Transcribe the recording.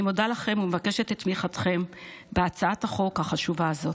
אני מודה לכם ומבקשת את תמיכתכם בהצעת החוק החשובה הזאת.